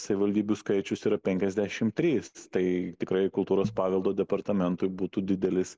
savivaldybių skaičius yra penkiasdešim trys tai tikrai kultūros paveldo departamentui būtų didelis